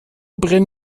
brennen